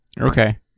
okay